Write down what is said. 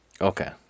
Okay